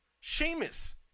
Sheamus